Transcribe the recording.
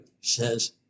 says